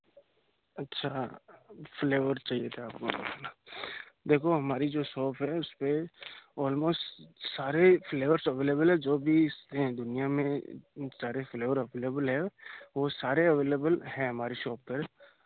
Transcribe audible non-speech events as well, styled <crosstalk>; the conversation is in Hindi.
अच्छा फ्लेवर चाहिए था <unintelligible> देखो हमारी जो सोप है उस पर ऑलमोस्ट सारे फ्लेवर अवलेबल है जो भी हैं दुनिया में सारे फ्लेवर अवलेबुल हैं वह सारे अवलेबल हैं हमारी शॉप पर